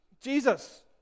Jesus